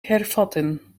hervatten